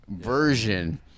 version